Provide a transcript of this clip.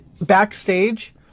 backstage